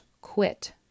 quit